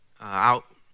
out